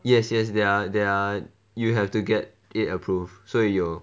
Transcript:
yes yes there are there are you have to get it approved so that you will